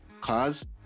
cars